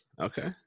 Okay